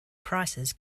prices